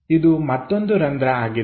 ಇದು ಮತ್ತೊಂದು ರಂಧ್ರ ಆಗಿದೆ